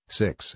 six